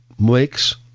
Makes